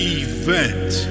event